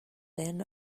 then